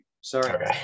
Sorry